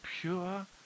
pure